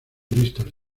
bristol